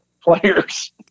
players